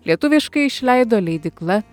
lietuviškai išleido leidykla